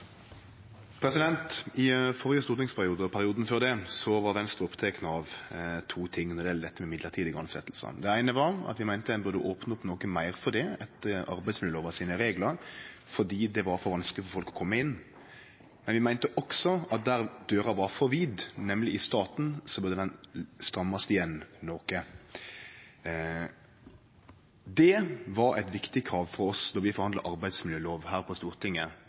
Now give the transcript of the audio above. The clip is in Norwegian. I førre stortingsperiode og perioden før det var Venstre opptekne av to ting når det gjeld mellombels tilsetjingar. Det eine var at vi meinte ein burde opne noko meir for det etter reglane i arbeidsmiljølova, fordi det var for vanskeleg for folk å kome inn. Men vi meinte også at der døra var for vid, nemleg i staten, burde det strammast inn noko. Det var eit viktig krav frå oss då vi forhandla arbeidsmiljølova her på Stortinget